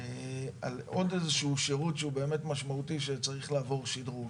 עוד שירות משמעותי שצריך לעבור שדרוג.